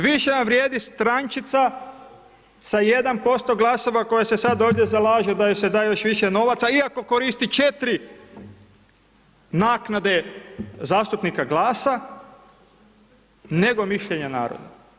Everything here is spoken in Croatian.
Više vam vrijedi strančica sa 1% glasova koje se sad ovdje zalaže da joj se da još više novaca iako koristi 4 naknade zastupnika GLAS-a, nego mišljenje naroda.